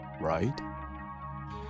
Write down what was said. right